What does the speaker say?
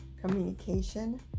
communication